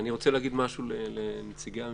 אני רוצה להגיד משהו לנציגי הממשלה,